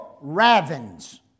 ravens